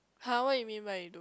[huh] what you mean what you do